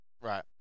Right